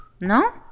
No